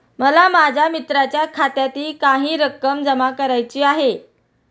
मला माझ्या मित्राच्या खात्यातही काही रक्कम जमा करायची आहे